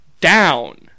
down